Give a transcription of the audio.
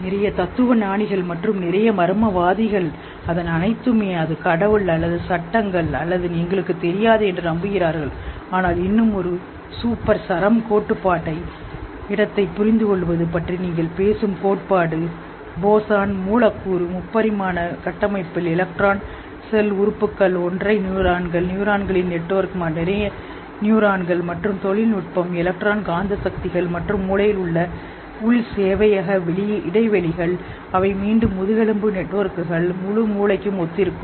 நிறைய தத்துவஞானிகள் மற்றும் நிறைய மர்மவாதிகள் அதன் அனைத்துமே அது கடவுள் அல்லது சட்டங்கள் அல்லது எங்களுக்குத் தெரியாது என்று நம்புகிறார்கள் ஆனால் இன்னும் ஒரு சூப்பர் சரம் இடத்தைப் புரிந்துகொள்வது பற்றி நீங்கள் பேசும்கோட்பாடு போசான் மூலக்கூறு முப்பரிமாண கட்டமைப்பில் எலக்ட்ரான் செல் உறுப்புகள் ஒற்றை நியூரான்கள் நியூரான்களின் நெட்வொர்க் நிறைய நியூரான்கள் மற்றும் தொழில்நுட்பம் எலக்ட்ரான் காந்த சக்திகள் மற்றும் மூளையில் உள்ள உள் சேவையக இடைவெளிகள் அவை மீண்டும் முதுகெலும்பு நெட்வொர்க்குகள் முழு மூளைக்கு ஒத்திருக்கும்